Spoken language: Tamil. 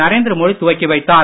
நரேந்திர மோடி துவக்கி வைத்தார்